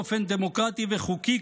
באופן דמוקרטי וחוקי,